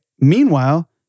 Meanwhile